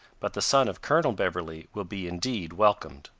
but the son of colonel beverley will be indeed welcomed.